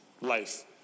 life